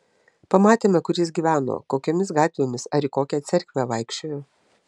pamatėme kur jis gyveno kokiomis gatvėmis ar į kokią cerkvę vaikščiojo